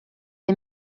est